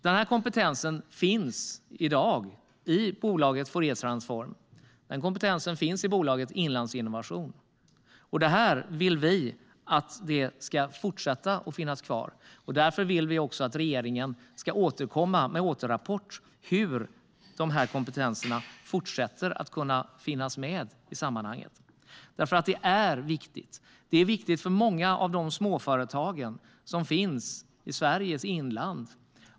Den kompetensen finns i dag i bolaget Fouriertransform, och den finns i bolaget Inlandsinnovation. Vi vill att den ska finnas kvar, och därför vill vi att regeringen ska återkomma med en återrapport om hur den kompetensen kan fortsätta att finnas med i sammanhanget. Det är nämligen viktigt. Det är viktigt för många av de småföretag som finns i Sveriges inland.